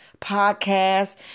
podcast